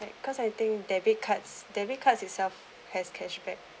cause I think debit cards debit cards itself has cashback